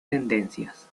tendencias